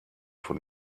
von